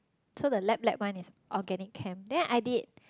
so the lap lap one is organic camp then I did